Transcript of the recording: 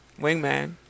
Wingman